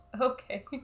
Okay